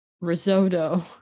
risotto